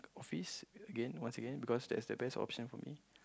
office again once again because that's the best option for me